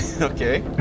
Okay